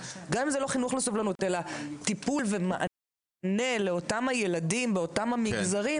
אלא טיפול ומענה לאותם הילדים באותם המגזרים